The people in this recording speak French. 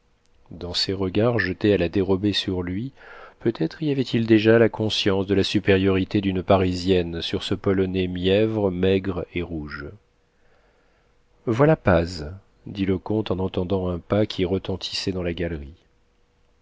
dans ses regards jetés à la dérobée sur lui peut-être y avait-il déjà la conscience de la supériorité d'une parisienne sur ce polonais mièvre maigre et rouge voilà paz dit le comte en entendant un pas qui retentissait dans la galerie